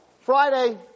friday